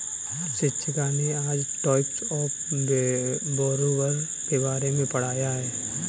शिक्षिका ने आज टाइप्स ऑफ़ बोरोवर के बारे में पढ़ाया है